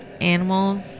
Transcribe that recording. animals